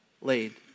laid